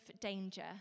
danger